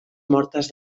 mortes